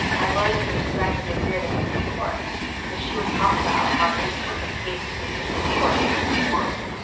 i learned to respect and revere the supreme court because she would talk about how they took a case to the supreme court and they won.